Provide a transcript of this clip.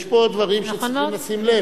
יש פה דברים שצריכים לשים לב.